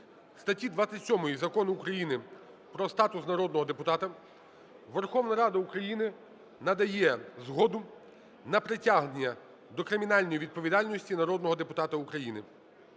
статті 27 Закону України "Про статус народного депутата" Верховна Рада України надає згоду на притягнення до кримінальної відповідальності народного депутата України.